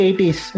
80s